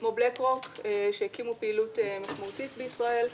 כמו בלאק רוק, שהקימו פעילות משמעותית בישראל,